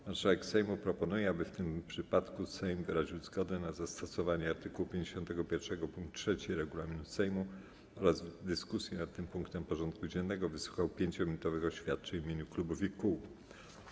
Marszałek Sejmu proponuje, aby w tym przypadku Sejm wyraził zgodę na zastosowanie art. 51 pkt 3 regulaminu Sejmu oraz w dyskusji nad tym punktem porządku dziennego wysłuchał 5-minutowych oświadczeń w imieniu klubów i kół.